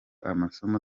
amasomo